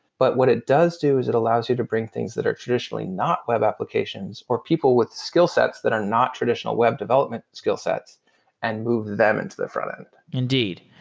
but what it does do is it allows you to bring things that are traditionally not web applications, or people with skill sets that are not traditional web development skill sets and move them into the front-end indeed.